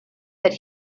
that